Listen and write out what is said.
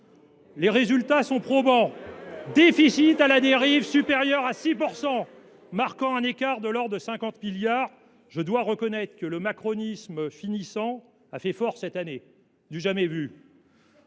Les résultats sont probants : déficit à la dérive, supérieur à 6 % du PIB, soit un écart de l’ordre de 50 milliards d’euros. Je dois reconnaître que le macronisme finissant a fait fort cette année. Plus fort que